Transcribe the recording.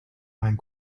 find